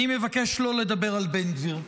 אני מבקש לא לדבר על בן גביר.